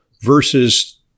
versus